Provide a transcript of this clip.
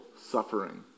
suffering